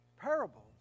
parables